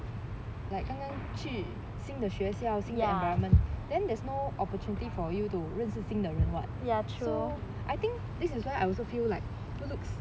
like 刚刚去新的学校新的 environment then there's no opportunity for you to 认识新的人 [what] so I think this is why I also feel like good looks